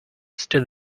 stood